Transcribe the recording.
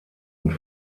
und